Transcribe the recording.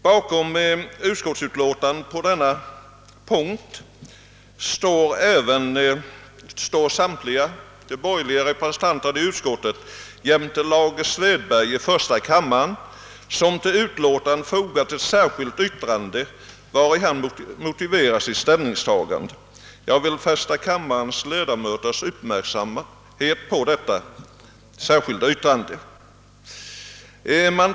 Bakom utskottsutlåtandet på denna punkt står samtliga borgerliga representanter i utskottet jämte herr Lage Svedberg i första kammaren, som till utlåtandet fogat ett särskilt yttrande vari han motiverar sitt ställningstagande. Jag vill fästa kammarledamöternas uppmärksamhet på detta särskilda yttrande.